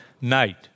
night